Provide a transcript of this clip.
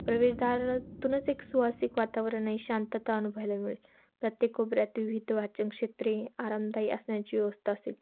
प्रवेश दारातूनच एक सुवासिक वातावरणीय शांतता अनुभवायला मिळेल प्रत्येक कोपऱ्यात विविध वाचन क्षेत्रे आरामदायी आसन यांची व्यवस्था असेल